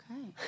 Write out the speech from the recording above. Okay